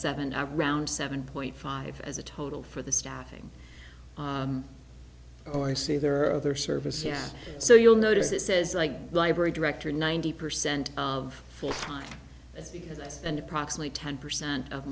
hour round seven point five as a total for the staffing oh i see there are other services here so you'll notice it says like library director ninety percent of full time because it's an approximately ten percent of